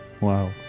Wow